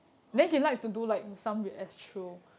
orh